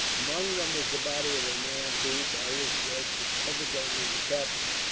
among them was the body of a man who, by his dress, was evidently the captain.